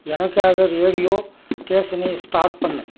எனக்காக ரேடியோ ஸ்டேஷனை ஸ்டார்ட் பண்ணு